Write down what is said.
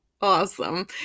Awesome